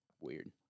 weird